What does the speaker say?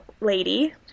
lady